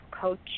coach